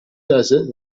desert